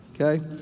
Okay